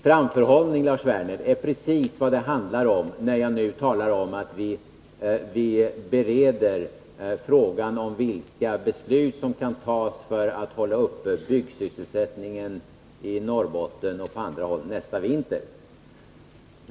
Framförhållning, Lars Werner, är precis vad det handlar om när jag nu talar om att vi bereder frågan och överväger vilka beslut som skall fattas för att hålla uppe byggsysselsättningen i Norrbotten och på andra håll nästa vinter.